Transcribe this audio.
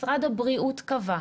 משרד הבריאות קבע,